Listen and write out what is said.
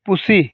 ᱯᱩᱥᱤ